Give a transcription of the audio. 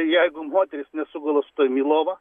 jeigu moteris nesugula su tavim į lovą